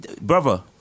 brother